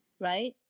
right